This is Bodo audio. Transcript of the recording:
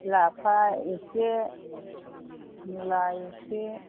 लाफा एसे मुला एसे